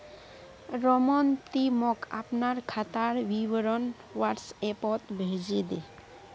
रमन ती मोक अपनार खातार विवरण व्हाट्सएपोत भेजे दे